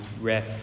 ref